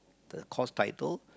the course title